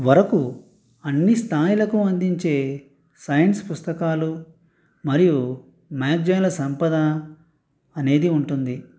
వరకు అన్ని స్థాయిలకు అందించే సైన్స్ పుస్తకాలు మరియు మ్యాగజైన్ల సంపద అనేది ఉంటుంది